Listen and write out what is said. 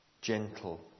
Gentle